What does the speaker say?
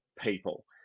people